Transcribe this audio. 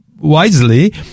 wisely